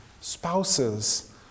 spouses